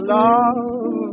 love